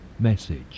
MESSAGE